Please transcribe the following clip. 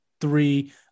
three